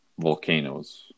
volcanoes